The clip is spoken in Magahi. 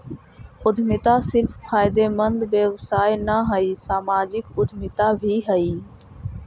उद्यमिता सिर्फ फायदेमंद व्यवसाय न हई, सामाजिक उद्यमिता भी हई